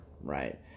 Right